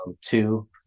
two